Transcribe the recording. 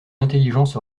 l’intelligence